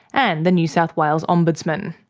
and the new south wales ombudsman.